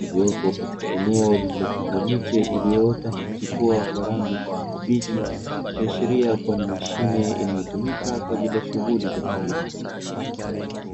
iliyopo katika eneo lililopanda miche iliyoota na kuchipua kwa rangi kijani kibichi, ikiashiria kuwa ni mashine inayotumika kwa ajili ya shughuli za kilimo.